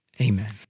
Amen